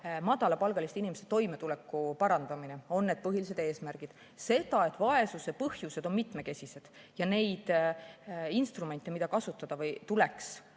madalapalgaliste inimeste toimetuleku parandamine on need põhilised eesmärgid. Sellele, et vaesuse põhjused on mitmekesised ja neid instrumente, mida kasutada tuleks,